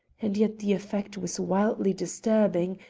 and yet the effect was wildly disturbing,